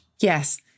Yes